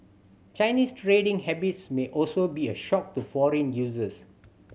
Chinese trading habits may also be a shock to foreign users